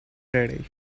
lady